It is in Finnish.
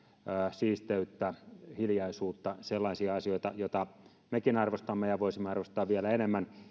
siisteyttä hiljaisuutta sellaisia asioita joita mekin arvostamme ja voisimme arvostaa vielä enemmän